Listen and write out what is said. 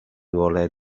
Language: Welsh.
ngolau